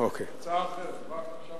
הצעה אחרת.